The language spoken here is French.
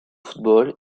football